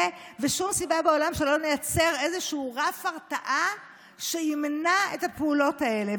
ושום סיבה בעולם שלא נייצר איזשהו רף הרתעה שימנע את הפעולות האלה.